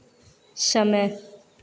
समय